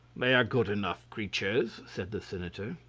they are good enough creatures, said the senator.